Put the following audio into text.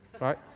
right